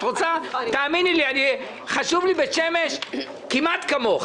תאמיני לי, חשובה לי בית שמש כמעט כמוך.